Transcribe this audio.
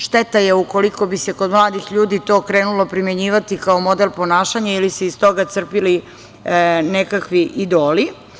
Šteta je ukoliko bi se kod mladih ljudi to krenulo primenjivati kao model ponašanja ili se iz toga crpeli nekakvi idoli.